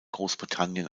großbritannien